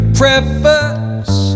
preface